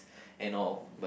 and all but